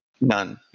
none